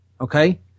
okay